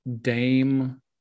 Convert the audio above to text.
Dame